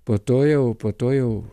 po to jau po to jau